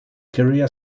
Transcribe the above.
career